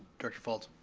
director faulds.